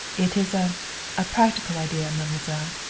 it is a a practical idea, mademoiselle.